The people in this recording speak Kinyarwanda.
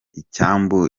icyambu